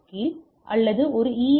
S கீழ் அல்லது ஈ